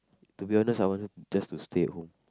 to be honest I want her to just to stay at home